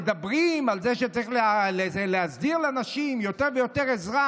המדברים על זה שצריך להסדיר לנשים יותר ויותר עזרה,